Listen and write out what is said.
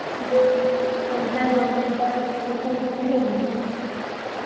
quintal दो quintal तीन quintal कितनी लेनी है